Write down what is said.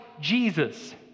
Jesus